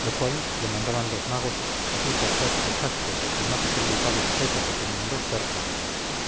lo cual le mandaban los magos así por ser prejaspes el más acreditado sujeto que tenían los persas